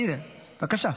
הינה, בבקשה.